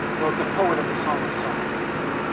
wrote the poet of the song of songs.